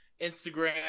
Instagram